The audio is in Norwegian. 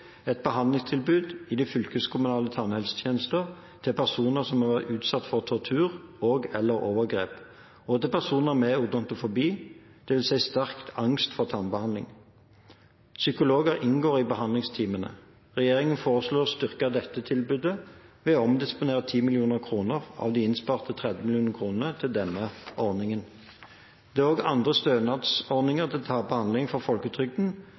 et behandlingstilbud i den fylkeskommunale tannhelsetjenesten til personer som har vært utsatt for tortur og/eller overgrep, og til personer med odontofobi, dvs. sterk angst for tannbehandling. Psykologer inngår i behandlingsteamene. Regjeringen foreslår å styrke dette tilbudet ved å omdisponere 10 mill. kr av de innsparte 30 mill. kr til denne ordningen. Det er også andre stønadsordninger til tannbehandling fra folketrygden